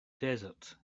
desert